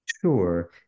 Sure